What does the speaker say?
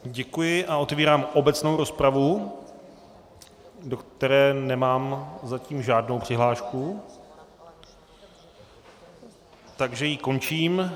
Děkuji a otevírám obecnou rozpravu, do které nemám zatím žádnou přihlášku, takže ji končím.